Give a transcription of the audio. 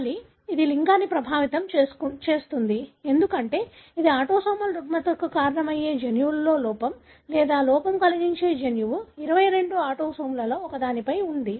మళ్ళీ ఇది లింగాన్ని ప్రభావితం చేస్తుంది ఎందుకంటే ఇది ఆటోసోమల్ రుగ్మతకు కారణమయ్యే జన్యువులో లోపం లేదా లోపం కలిగించే జన్యువు 22 ఆటోసోమ్లలో ఒకదానిపై ఉంది